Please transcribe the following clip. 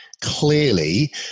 clearly